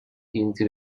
into